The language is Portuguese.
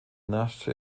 nasce